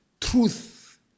truth